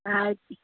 ಆಯ್ತು